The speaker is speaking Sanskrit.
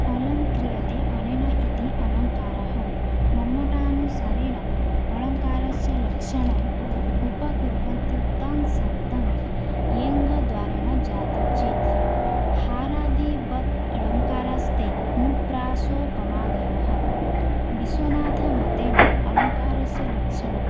अलं क्रियते अनेन इति अलङ्कारः मम्मटानुसारेण अलङ्कारस्य लक्षणम् उपकुर्वन्ति तान् शब्दान् येन द्वारेण जातुचित् हारादिवत् अलङ्कारास्ते अनुप्रासोपमादयः विश्वनाथमतेन अलङ्कारस्य लक्षणम्